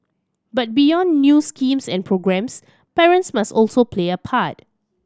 but beyond new schemes and programmes parents must also play a part